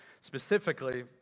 specifically